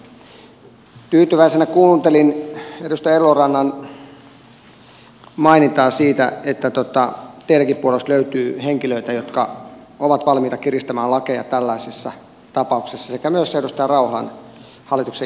tyytyväisenä kuuntelin edustaja elorannan mainintaa siitä että teidänkin puolesta löytyy henkilöitä jotka ovat valmiita kiristämään lakeja tällaisissa tapauksissa sekä myös edustaja rauhalan hallituksen jäsenen kommentteja